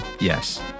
Yes